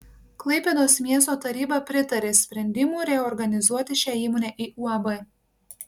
klaipėdos miesto taryba pritarė sprendimui reorganizuoti šią įmonę į uab